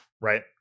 Right